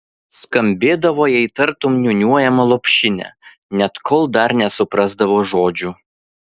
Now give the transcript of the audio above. skambėdavo jai tartum niūniuojama lopšinė net kol dar nesuprasdavo žodžių